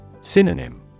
Synonym